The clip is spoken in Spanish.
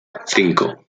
cinco